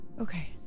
Okay